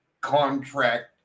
contract